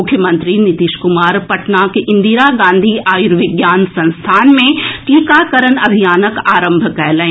मुख्यमंत्री नीतीश कुमार पटनाक इंदिरा गांधी आयुर्विज्ञान संस्थान मे टीकाकरण अभियानक आरंभ कएलनि